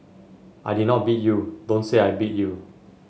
I did not beat you Don't say I beat you